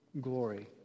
glory